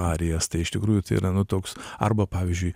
arijas tai iš tikrųjų tai yra nu toks arba pavyzdžiui